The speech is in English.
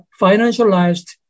financialized